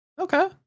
Okay